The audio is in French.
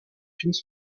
fines